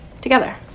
together